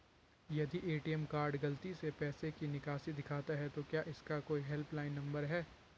यदि ATM card गलती से पैसे की निकासी दिखाता है तो क्या इसका कोई हेल्प लाइन नम्बर है?